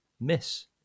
miss